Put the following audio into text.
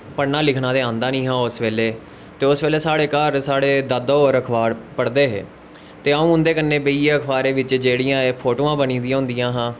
पढ़ना लिखना ते आंदा नी हा उस बेले ते उस बेले साढ़ा घर साढ़े दादा होर अखबार पढ़दे हे ते अऊं उंदे कश बेहियै अखबारें बिच्च जेह्ड़ियां फोटोआं बनी दियां होंदियां हां